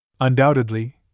Undoubtedly